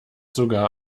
sogar